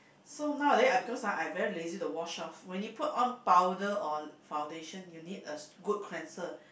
so nowaday I because ah I very lazy to wash off when you put on powder or foundation you need a st~ good cleanser